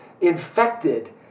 infected